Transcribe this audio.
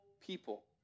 people